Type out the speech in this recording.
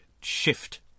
shift